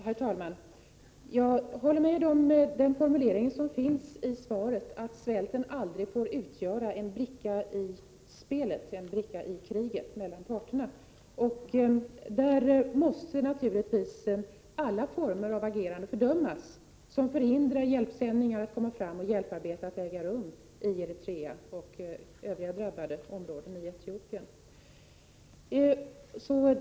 Herr talman! Jag instämmer i formuleringen i statsrådets svar, att svälten aldrig får bli ”en bricka i spelet i detta krig”. Alla former av agerande som förhindrar hjälparbete att äga rum och hjälpsändningar att komma fram till Eritrea och övriga drabbade områden i Etiopien måste naturligtvis fördömas.